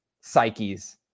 psyches